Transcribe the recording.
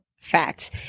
Facts